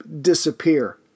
disappear